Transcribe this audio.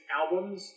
albums